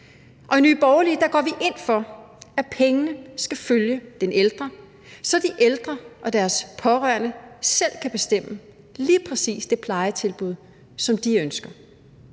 I Nye Borgerlige går vi ind for, at pengene skal følge den ældre, så de ældre og deres pårørende selv kan bestemme lige præcis det plejetilbud, som de ønsker.